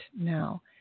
now